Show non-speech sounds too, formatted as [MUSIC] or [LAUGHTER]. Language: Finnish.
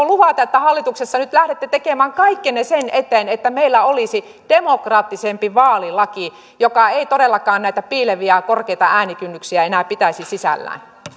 [UNINTELLIGIBLE] luvata että hallituksessa lähdette tekemään kaikkenne sen eteen että meillä olisi demokraattisempi vaalilaki joka ei todellakaan näitä piileviä ja korkeita äänikynnyksiä enää pitäisi sisällään